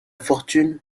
fortune